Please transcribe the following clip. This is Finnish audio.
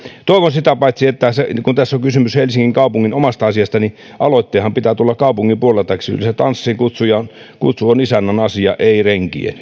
sitä paitsi kun tässä on kysymys helsingin kaupungin omasta asiasta niin aloitteenhan pitää tulla kaupungin puolelta kyllä se tanssiinkutsu on isännän asia ei renkien